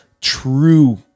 true